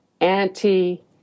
anti